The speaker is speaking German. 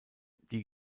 die